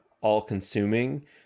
all-consuming